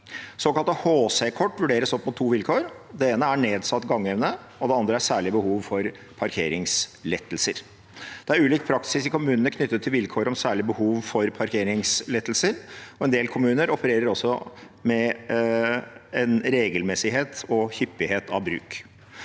Såkalte HC-kort vurderes opp mot to vilkår. Det ene er nedsatt gangevne, og det andre er særlig behov for parkeringslettelser. Det er ulik praksis i kommunene knyttet til vilkår om særlig behov for parkeringslettelser, og en del kommuner opererer også med en regelmessighet og hyppighet av bruk.